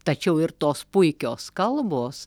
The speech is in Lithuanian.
tačiau ir tos puikios kalbos